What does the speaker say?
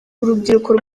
urubyiruko